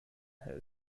helfen